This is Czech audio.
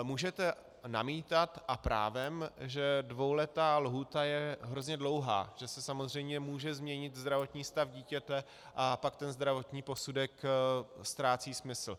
Můžete namítat, a právem, že dvouletá lhůta je hrozně dlouhá, že se samozřejmě může změnit zdravotní stav dítěte, a pak ten zdravotní posudek ztrácí smysl.